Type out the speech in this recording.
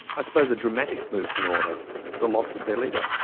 i suppose a dramatic move for an order the loss of their leader.